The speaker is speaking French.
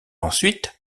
ensuite